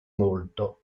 molto